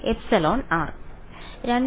വിദ്യാർത്ഥി εr